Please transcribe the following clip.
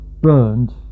burned